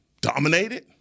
dominated